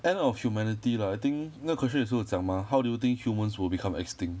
end of humanity lah I think 那 question 也是有讲 mah how do you think humans will become extinct